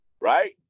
right